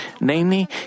Namely